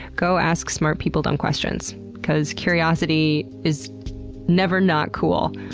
go ask smart people dumb questions cause curiosity is never not cool.